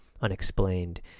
unexplained